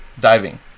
Diving